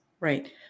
Right